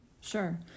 sure